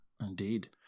Indeed